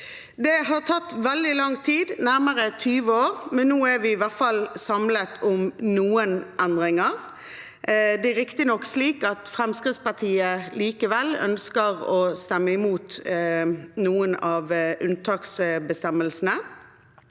Det har tatt veldig lang tid, nærmere 20 år, men nå er vi i hvert fall samlet om noen endringer. Det er riktignok slik at Fremskrittspartiet likevel ønsker å stemme imot noen av unntaksbestemmelsene,